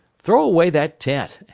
throw away that tent,